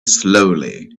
slowly